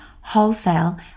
wholesale